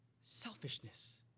selfishness